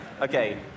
Okay